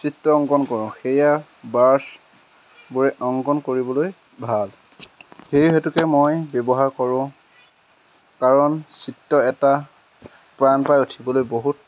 চিত্ৰ অংকণ কৰোঁ সেয়া ব্ৰাছবোৰে অংকন কৰিবলৈ ভাল সেই হেতুকে মই ব্যৱহাৰ কৰোঁ কাৰণ চিত্ৰ এটা প্ৰাণ পাই উঠিবলৈ বহুত